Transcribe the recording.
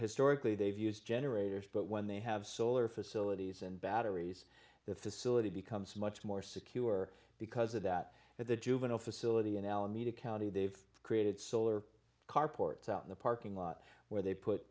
historically they've used generators but when they have solar facilities and batteries the facility becomes much more secure because of that at the juvenile facility ready in alameda county they've created solar carports out in the parking lot where they put